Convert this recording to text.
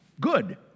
Good